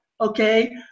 Okay